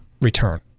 return